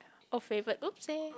oh favourite oopsie